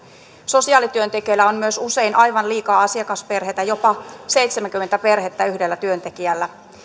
sosiaalityöntekijöillä on myös usein aivan liikaa asiakasperheitä jopa seitsemänkymmentä perhettä yhdellä työntekijällä